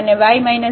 1 અને y 0